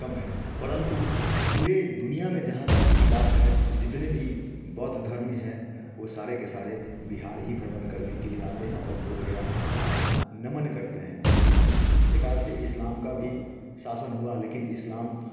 कम है परंतु पूरे दुनिया में जहाँ तक की बात है जितने भी बौद्धधर्मी हैं वो सारे के सारे बिहार ही भ्रमण करने के लिए आते हैं और बोधगया में अपना नमन करते हैं इस प्रकार से इस्लाम का भी शासन हुआ लेकिन इस्लाम